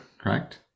correct